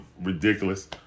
ridiculous